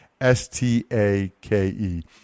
S-T-A-K-E